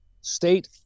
state